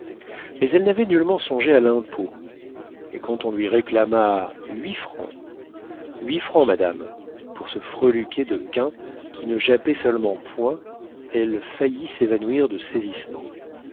mais elle n'avait nullement songé à l'impôt et quand on lui réclama huit francs huit francs madame pour ce freluquet de quin qui ne jappait seulement point elle faillit s'évanouir de saisissement